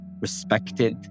respected